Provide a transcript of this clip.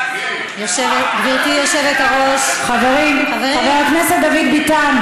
גברתי היושבת-ראש, חברים, חבר הכנסת דוד ביטן.